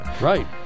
Right